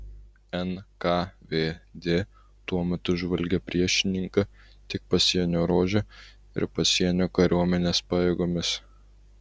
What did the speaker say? nkvd tuo metu žvalgė priešininką tik pasienio ruože ir pasienio kariuomenės pajėgomis